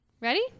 Ready